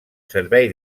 servei